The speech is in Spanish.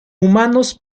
humanos